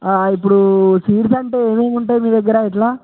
ఇప్పుడు సీడ్స్ అంటే ఏమేమి ఉంటాయి మీ దగ్గర ఎట్లా